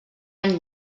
any